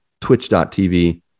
twitch.tv